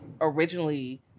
originally